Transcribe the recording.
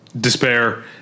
despair